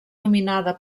nominada